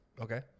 Okay